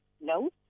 no